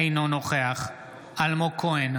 אינו נוכח אלמוג כהן,